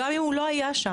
גם אם הוא לא היה שם,